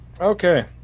okay